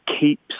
keeps